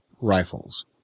rifles